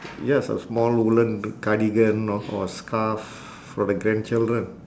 ya it's a small woollen cardigan or scarf for the grandchildren